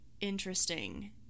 interesting